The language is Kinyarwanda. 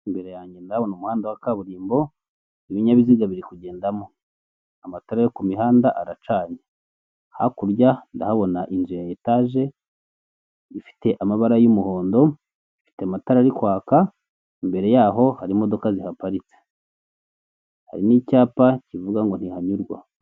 Imbere yanjye ndabona umuhanda wa kaburimbo ibinyabiziga biri kugendamo, amatara yo ku mihanda aracanye, hakurya ndahabona inzu ya etage ifite amabara y'umuhondo, ifite amatara arikwaka, imbere yaho hari imodoka zihaparitse, hari n'icyapa kivuga ngo ntihanyurwa.